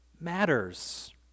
matters